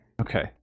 Okay